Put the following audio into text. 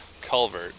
culvert